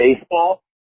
baseball